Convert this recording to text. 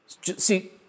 See